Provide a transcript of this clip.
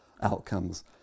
outcomes